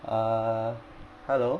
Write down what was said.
err hello